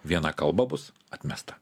viena kalba bus atmesta